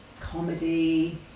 comedy